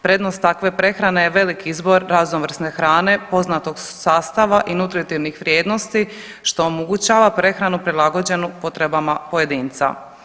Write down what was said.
Prednost takve prehrane je velik izbor raznovrsne hrane poznatog sastava i nutritivnih vrijednosti što omogućava prehranu prilagođenu potrebama pojedinca.